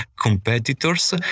competitors